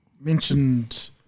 Mentioned